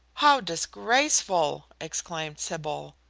how disgraceful! exclaimed sybil.